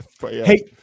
Hey